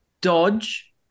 Dodge